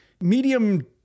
medium-